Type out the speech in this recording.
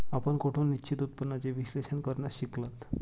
आपण कोठून निश्चित उत्पन्नाचे विश्लेषण करण्यास शिकलात?